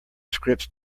scripts